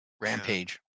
Rampage